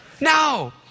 No